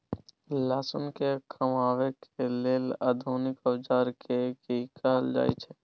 लहसुन के कमाबै के लेल आधुनिक औजार के कि कहल जाय छै?